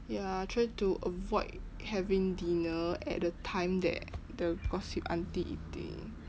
ya I try to avoid having dinner at the time that the gossip auntie eating